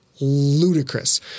ludicrous